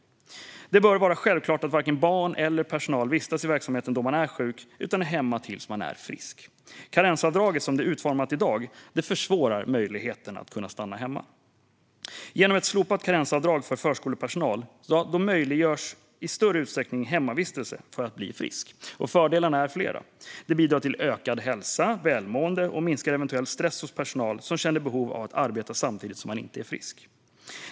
Det bör vara självklart att varken barn eller personal vistas i verksamheten då man är sjuk utan är hemma tills man är frisk. Karensavdraget som det är utformat i dag försvårar möjligheten att stanna hemma. Genom ett slopat karensavdrag för förskolepersonal möjliggörs i större utsträckning hemmavistelse för att bli frisk. Fördelarna är flera: Det bidrar till ökad hälsa och ökat välmående och minskar eventuell stress hos personal som annars känner behov av att arbeta samtidigt som man inte är frisk.